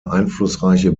einflussreiche